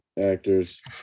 actors